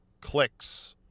Clicks